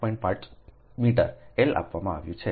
5 metre L આપવામાં આવ્યું છે